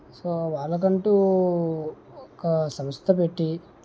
so వాళ్ళకంటూ ఒక సంస్థ పెట్టి